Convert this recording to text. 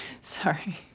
sorry